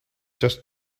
just